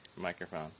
Microphone